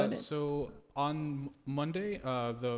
um so on monday,